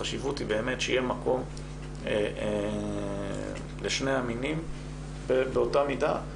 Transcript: החשיבות היא שבאמת יהיה מקום לשני המינים באותה מידה,